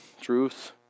truth